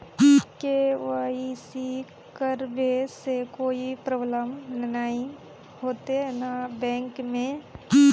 KYC करबे से कोई प्रॉब्लम नय होते न बैंक में?